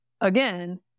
again